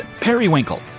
Periwinkle